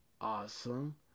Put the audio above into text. awesome